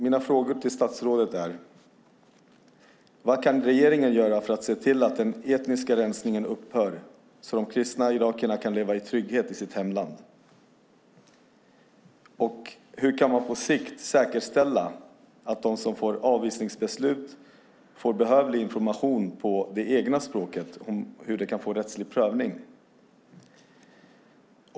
Min första fråga till statsrådet är: Vad kan regeringen göra för att se till att den etniska rensningen upphör så att de kristna irakierna kan leva i trygghet i sitt hemland? Den andra frågan är: Hur kan man på sikt säkerställa att de som får avvisningsbeslut får behövlig information på det egna språket om hur de kan få rättslig prövning?